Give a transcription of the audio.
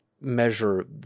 measure